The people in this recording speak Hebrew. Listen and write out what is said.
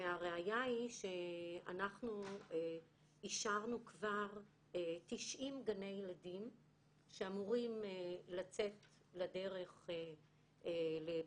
והראיה היא שאנחנו אישרנו כבר 90 גני ילדים שאמורים לצאת לדרך לבינוי,